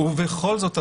ובכל זאת,